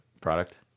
product